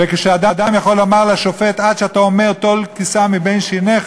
וכשאדם יכול לומר לשופט: "עד שאתה אומר טול קיסם מבין שיניך,